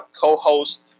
co-host